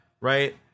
right